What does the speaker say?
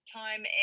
time